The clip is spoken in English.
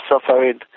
suffering